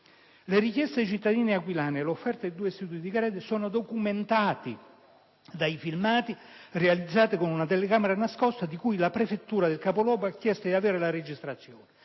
Le richieste ai cittadini aquilani e l'offerta dei due istituti di credito sono documentati dai filmati realizzati con una telecamera nascosta, di cui la prefettura del capoluogo ha chiesto di avere la registrazione.